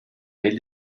welt